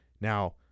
Now